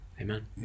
amen